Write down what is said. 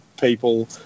people